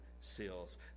seals